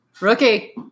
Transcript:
Rookie